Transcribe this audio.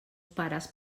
pares